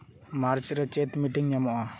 ᱢᱟᱨᱪ ᱨᱮ ᱪᱮᱫ ᱢᱤᱴᱤᱝ ᱧᱟᱢᱚᱜᱼᱟ